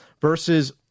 versus